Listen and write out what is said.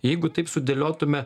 jeigu taip sudėliotume